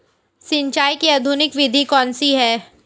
सिंचाई की आधुनिक विधि कौन सी है?